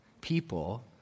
People